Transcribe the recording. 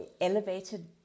elevated